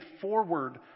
forward